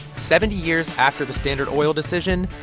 seventy years after the standard oil decision,